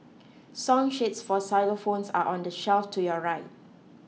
song sheets for xylophones are on the shelf to your right